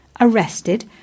arrested